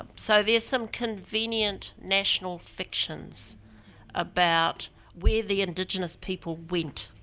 so, there's some convenient national fictions about where the indigenous people went,